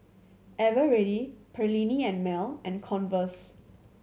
Eveready Perllini and Mel and Converse